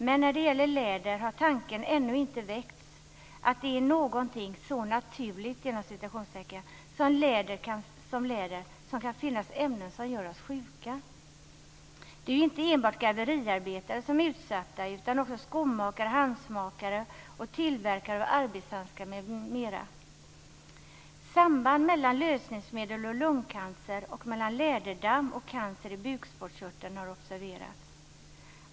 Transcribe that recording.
Men när det gäller läder har tanken ännu inte väckts att det i någonting så "naturligt" kan finnas ämnen som gör oss sjuka. Det är inte enbart garveriarbetare som är utsatta. Det är också skomakare, handskmakare och tillverkare av arbetshandskar m.m. Samband mellan lösningsmedel och lungcancer och mellan läderdamm och cancer i bukspottkörteln har observerats.